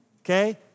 Okay